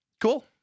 Cool